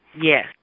Yes